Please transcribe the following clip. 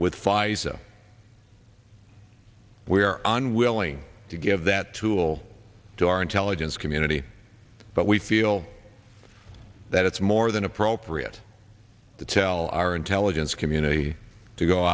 with pfizer we're on willing to give that tool to our intelligence community but we feel that it's more than appropriate to tell our intelligence community to go